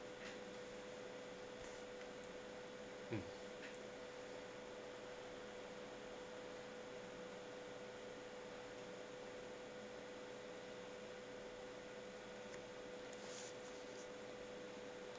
mm